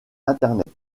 internet